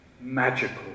magical